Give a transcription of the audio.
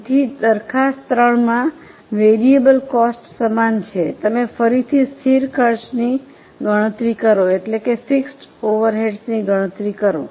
તેથી દરખાસ્ત 3 માં ચલિત ખર્ચ સમાન છે તમે ફરીથી સ્થિર ખર્ચની ગણતરી કરો